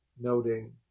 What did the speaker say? noting